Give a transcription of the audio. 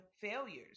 failures